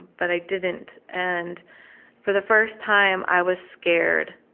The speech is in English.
but i didn't and for the first time i was scared.